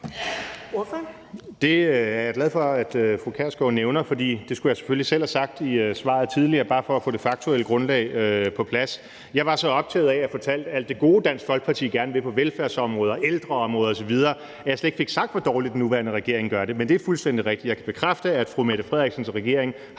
Det er jeg glad for at fru Pia Kjærsgaard nævner, for det skulle jeg selvfølgelig selv have sagt i svaret tidligere bare for at få det faktuelle grundlag på plads. Jeg var så optaget af at fortælle om alt det gode, Dansk Folkeparti gerne vil, på velfærdsområdet, ældreområdet osv., at jeg slet ikke fik sagt, hvor dårligt den nuværende regering gør det. Men det er fuldstændig rigtigt: Jeg kan bekræfte, at fru Mette Frederiksens regering har